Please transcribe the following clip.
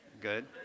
good